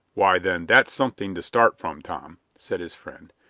why, then, that's something to start from, tom, said his friend.